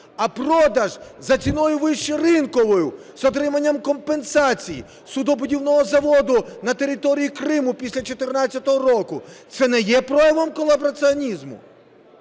А продаж за ціною вище ринкової, з отриманням компенсацій суднобудівного заводу на території Криму після 2014 року – це не є проявом колабораціонізму?